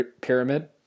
pyramid